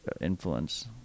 influence